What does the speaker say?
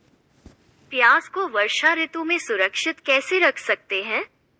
प्याज़ को वर्षा ऋतु में सुरक्षित कैसे रख सकते हैं?